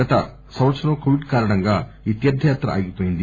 గత సంవత్సరం కొవిడ్ కారణంగా ఈ తీర్దయాత్ర ఆగిపోయింది